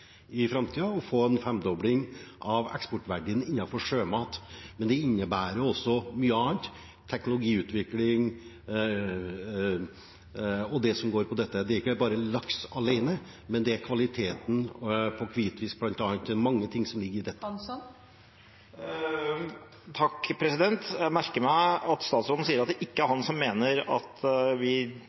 i framtiden for å få en femdobling av eksportverdien innenfor sjømat, men det innebærer også mye annet – teknologiutvikling og det som går på det – det er ikke bare laks alene, men kvaliteten på hvitfisk bl.a., det er mange ting som ligger i dette. Jeg merker meg at statsråden sier at det ikke er han som mener at det er åpent for en femdobling av oppdrettsnæringen – det får vi